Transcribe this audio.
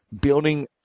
building